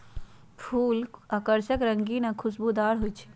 फूल आकर्षक रंगीन आ खुशबूदार हो ईछई